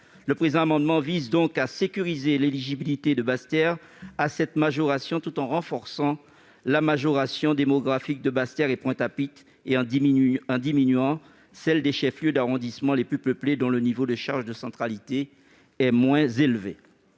Le présent amendement vise donc à sécuriser l'éligibilité de Basse-Terre à cette majoration, tout en renforçant la majoration démographique de Basse-Terre et de Pointe-à-Pitre et en diminuant celle des chefs-lieux d'arrondissement les plus peuplés, dont le niveau de charges de centralité est moins élevé.